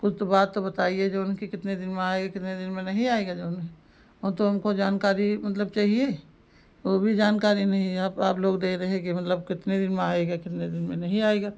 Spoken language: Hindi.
कुछ तो बात तो बताइए जो है कि कितने दिन में आएगा कितने दिन में नहीं आएगा जो है वह तो हमको जानकारी मतलब चाहिए वह भी जानकारी नहीं है अप आप लोग दे रहें कि मतलब कितने दिन में आएगा कितने दिन में नहीं आएगा